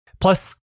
plus